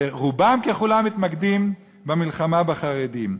ורובם ככולם מתמקדים במלחמה בחרדים.